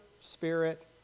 Spirit